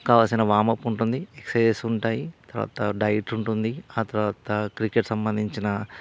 కావలిసిన వామప్ ఉంటుంది ఎక్ససైజెస్ ఉంటాయి తరువాత డైట్ ఉంటుంది ఆ తరువాత క్రికెట్ సంబంధించిన